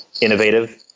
innovative